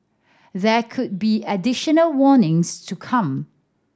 there could be additional warnings to come